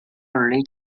league